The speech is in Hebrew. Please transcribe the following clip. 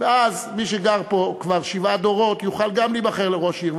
ואז מי שגר פה כבר שבעה דורות יוכל גם להיבחר לראש עיר.